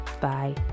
Bye